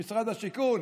עם משרד השיכון,